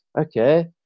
Okay